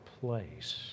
place